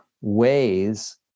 ways